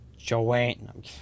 Joanne